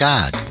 God